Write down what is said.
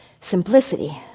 Simplicity